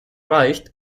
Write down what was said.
reicht